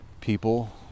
people